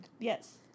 Yes